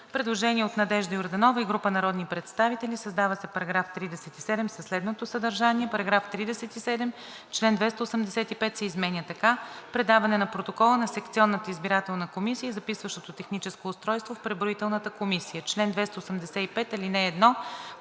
Предложение от Надежда Йорданова и група народни представители: „Създава се § 37 със следното съдържание: „§ 37. Член 285 се изменя така: „Предаване на протокола на секционната избирателна комисия и записващото техническо устройство в преброителната комисия“. „Чл. 285. (1) Председателят